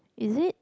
is it